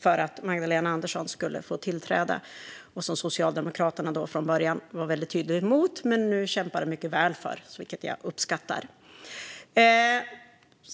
för att Magdalena Andersson skulle få tillträda, och som Socialdemokraterna från början var tydligt emot men nu kämpar mycket väl för, vilket jag uppskattar.